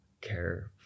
care